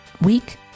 week